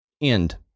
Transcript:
end